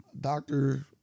doctor